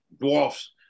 dwarfs